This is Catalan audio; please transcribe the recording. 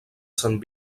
sant